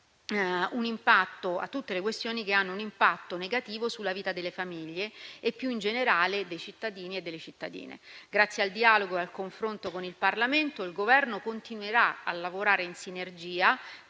Grazie al dialogo e al confronto con il Parlamento, il Governo continuerà a lavorare in sinergia